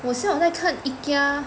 eh 我现在我在看 Ikea